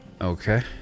Okay